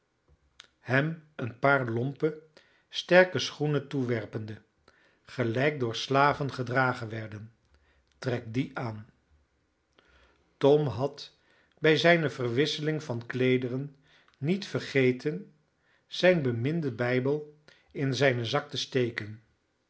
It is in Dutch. hem een paar lompe sterke schoenen toewerpende gelijk door slaven gedragen werden trek die aan tom had bij zijne verwisseling van kleederen niet vergeten zijn beminden bijbel in zijnen zak te steken